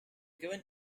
given